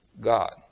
God